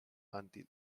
until